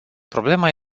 problema